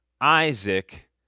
Isaac